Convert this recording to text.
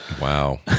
Wow